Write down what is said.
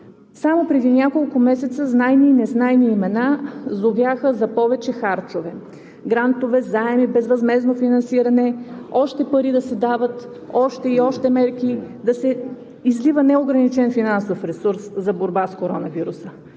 Само преди няколко месеца знайни и незнайни имена зовяха за повече харчове: грантове, заеми, безвъзмездно финансиране, още пари да се дават, още и още мерки, да се излива неограничен финансов ресурс за борба с коронавируса.